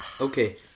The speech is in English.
Okay